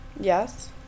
Yes